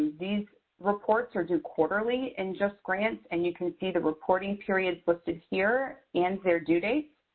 these reports are due quarterly in justgrants, and you can see the reporting periods listed here and their due dates.